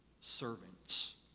servants